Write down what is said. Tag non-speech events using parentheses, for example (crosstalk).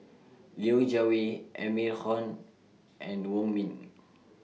(noise) Liu Jiawei Amy Khor and Wong Ming